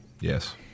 Yes